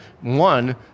one